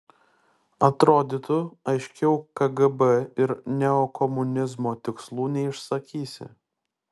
atrodytų aiškiau kgb ir neokomunizmo tikslų neišsakysi